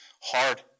hard